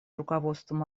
руководством